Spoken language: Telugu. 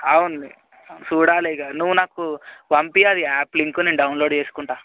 అవును చూడాలేదు ఇక నువ్వు నాకు పంపి అది యాప్ లింక్ నేను డౌన్లోడ్ చేసుకుంటాను